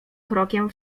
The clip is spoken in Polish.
krokiem